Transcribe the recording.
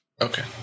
Okay